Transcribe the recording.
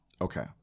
Okay